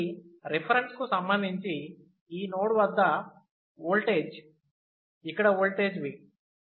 ఈ రిఫరెన్స్ కు సంబంధించి ఈ నోడ్ వద్ద ఓల్టేజ్ఎరుపు రంగులో చూపిస్తున్నాను ఇక్కడ ఓల్టేజ్ V